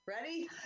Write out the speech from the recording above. ready